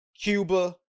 Cuba